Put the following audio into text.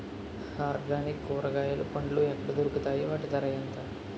Organic కూరగాయలు పండ్లు ఎక్కడ దొరుకుతాయి? వాటి ధర ఎంత?